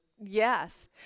Yes